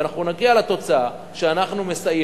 ונגיע לתוצאה שאנחנו מסייעים,